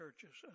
churches